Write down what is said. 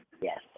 Yes